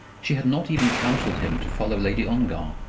she had not even counselled him to follow lady ongar.